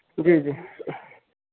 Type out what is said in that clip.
جی جی